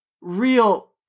real